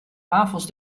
wafels